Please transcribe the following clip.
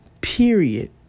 Period